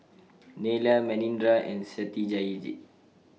Neila Manindra and Satyajit